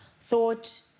thought